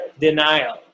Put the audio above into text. denial